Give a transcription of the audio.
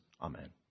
Amen